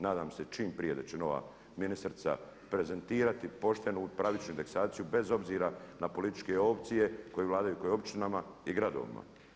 Nadam se čim prije da će nova ministrica prezentirati poštenu pravičnu indeksaciju bez obzira na političke opcije koje vladaju u općinama i gradovima.